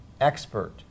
expert